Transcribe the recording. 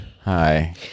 hi